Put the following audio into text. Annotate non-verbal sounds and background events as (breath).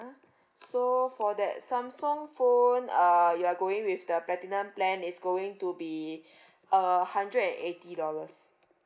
so for that samsung phone uh you are going with the platinum plan it's going to be (breath) a hundred and eighty dollars